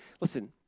Listen